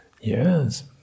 yes